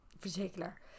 particular